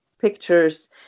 pictures